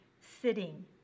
sitting